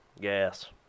Gas